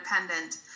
independent